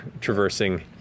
traversing